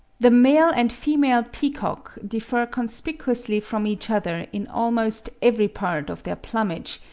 the male and female peacock differ conspicuously from each other in almost every part of their plumage,